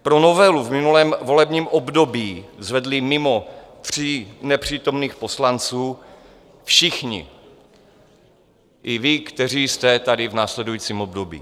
Pro novelu v minulém volebním období zvedli mimo tří nepřítomných poslanců všichni, i vy, kteří jste tady v následujícím období.